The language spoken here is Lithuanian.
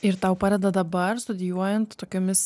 ir tau padeda dabar studijuojant tokiomis